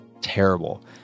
terrible